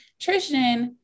Trishan